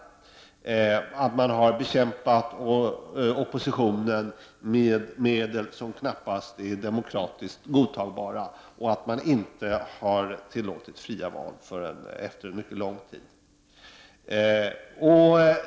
Sandinisterna har bekämpat oppositionen med medel som knappast är demokratiskt godtagbara, och de har inte tillåtit fria val förrän efter en mycket lång tid.